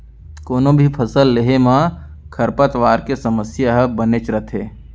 कोनों भी फसल लेहे म खरपतवार के समस्या ह बनेच रथे